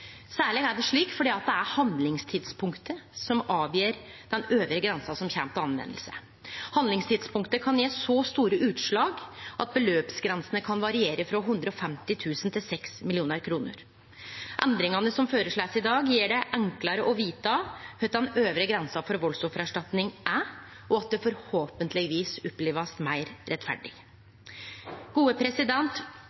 Særleg er det slik fordi det er handlingstidspunktet som avgjer den øvre grensa som blir brukt. Handlingstidspunktet kan gje så store utslag at beløpsgrensene kan variere frå 150 000 kr til 6 mill. kr. Endringane som blir føreslåtte i dag, gjer det enklare å vite kva den øvre grensa for valdsoffererstatninga er, og at det forhåpentlegvis vil bli opplevd meir rettferdig.